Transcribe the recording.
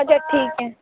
अच्छा ठीक आहे